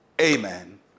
amen